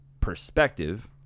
perspective